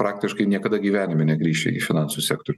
praktiškai niekada gyvenime negrįši į finansų sektorių